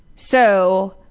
so,